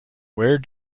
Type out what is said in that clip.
where